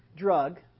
drug